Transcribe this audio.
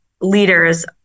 leaders